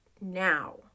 now